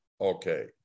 Okay